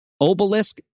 Obelisk